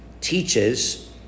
teaches